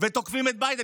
ותוקפים את ביידן.